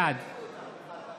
בעד